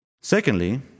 Secondly